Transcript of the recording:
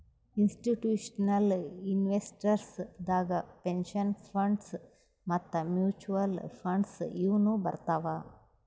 institutional investors ದಾಗ್ pension funds ಮತ್ತ್ mutual funds ಇವ್ನು ಬರ್ತವ್